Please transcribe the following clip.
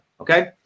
Okay